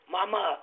Mama